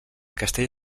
castell